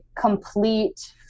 complete